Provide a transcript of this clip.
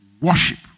worship